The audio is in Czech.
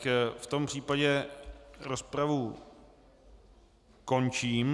V tom případě rozpravu končím.